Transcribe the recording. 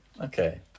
Okay